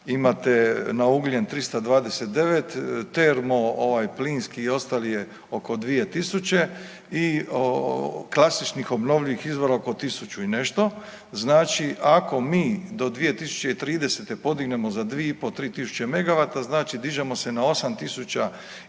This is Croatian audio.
imate na ugljen 329, termo ovaj plinski i ostali je oko 2000 i klasičnih obnovljivih izvora oko 1000 i nešto. Znači ako mi do 2030. podignemo za 2,5-3000 megavata znači dižemo se na 8000 i